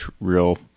real